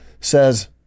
says